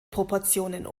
proportionen